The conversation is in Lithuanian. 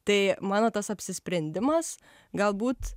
tai mano tas apsisprendimas galbūt